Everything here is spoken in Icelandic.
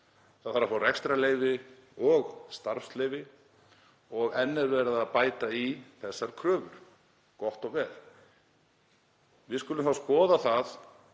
það þarf að fá rekstrarleyfi og starfsleyfi og enn er verið að bæta í þessar kröfur. Gott og vel, við skulum þá skoða það